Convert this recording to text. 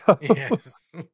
Yes